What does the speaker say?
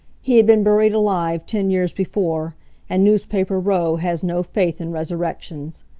he had been buried alive ten years before and newspaper row has no faith in resurrections.